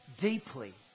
deeply